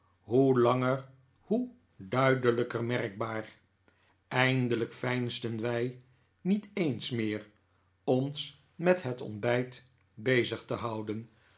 hoe langer hoe duidelijker merkbaar eindelijk veinsden wij niet eens meer ons met het ontbijt bezig te houden